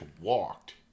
walked